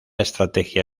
estrategia